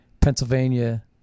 Pennsylvania